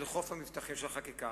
אל חוף המבטחים של החקיקה.